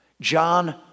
John